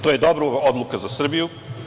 To je dobra odluka za Srbiju.